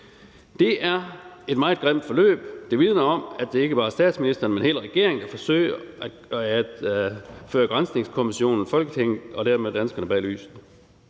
Det er et meget grimt forløb, og det vidner om, at det ikke bare er statsministeren, men hele regeringen, der forsøger at føre granskningskommission og Folketinget og dermed danskerne bag lyset.